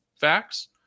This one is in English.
facts